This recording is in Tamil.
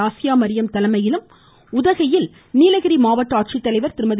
ஆசியாமரியம் தலைமையிலும் உதகையில் மாவட்ட ஆட்சித்தலைவர் திருமதி